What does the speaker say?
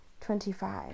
Twenty-five